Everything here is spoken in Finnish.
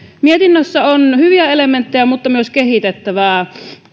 mietinnössä on hyviä elementtejä mutta myös kehitettävää